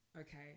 Okay